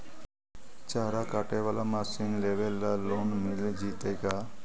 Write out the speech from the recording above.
चारा काटे बाला मशीन लेबे ल लोन मिल जितै का?